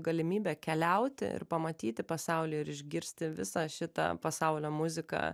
galimybę keliauti ir pamatyti pasaulį ir išgirsti visą šitą pasaulio muziką